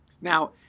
Now